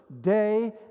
day